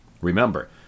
Remember